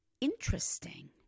interesting